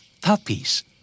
puppies